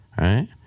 right